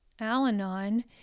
Al-Anon